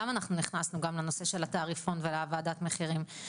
למה אנחנו נכנסנו גם לנושא של התעריפון ושל וועדת המחירים?